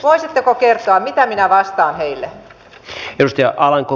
voisitteko kertoa mitä minä vastaan heille